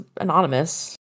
anonymous